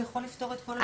זה יכול לפתור את כל זה.